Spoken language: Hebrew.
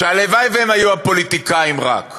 שהלוואי שהם היו הפוליטיקאים, רק,